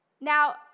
Now